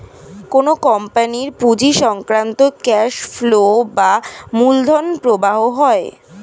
কোন কোম্পানির পুঁজি সংক্রান্ত ক্যাশ ফ্লো বা মূলধন প্রবাহ হয়